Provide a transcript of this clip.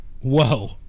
Whoa